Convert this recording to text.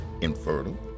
infertile